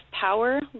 power